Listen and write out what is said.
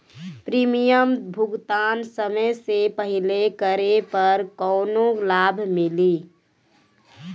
Premium भुगतान समय से पहिले करे पर कौनो लाभ मिली?